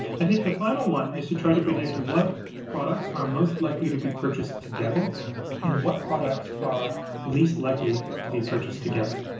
i think the final one is to try to predict what products are most likely to be purchased together and what products are least likely to be purchased together.